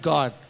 God